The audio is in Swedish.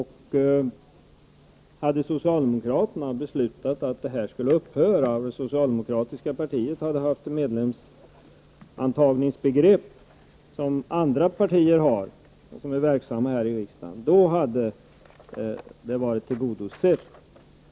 Hade socialdemokraterna beslutat att kollektivanslutningen skulle upphöra, och hade det socialdemokratiska partiet haft ett sådant medlemsantagningsbegrepp som andra partier som är verksamma här i riksdagen har, hade frågan varit löst.